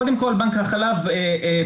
קודם כל בנק חלב פועל,